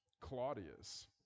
Claudius